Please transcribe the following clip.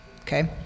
Okay